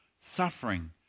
suffering